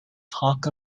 talk